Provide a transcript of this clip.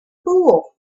fool